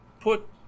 put